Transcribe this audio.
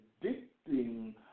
predicting